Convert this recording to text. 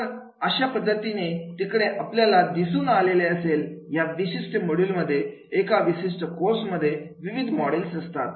तर अशा पद्धतीने तिकडे आपल्याला दिसून आले असेल या विशिष्ट मोडूल मध्येएका विशिष्ट कोर्समध्ये विविध मॉडेल्स असतात